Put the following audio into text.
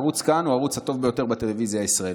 ערוץ כאן הוא הערוץ הטוב ביותר בטלוויזיה הישראלית.